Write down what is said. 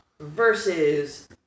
versus